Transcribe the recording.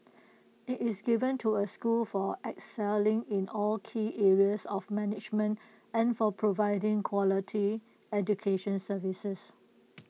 IT is given to A school for excelling in all key areas of management and for providing quality education services